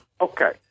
Okay